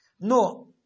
No